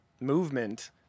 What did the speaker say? movement